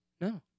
no